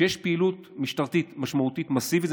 כשיש פעילות משמעותית מסיבית,